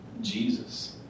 Jesus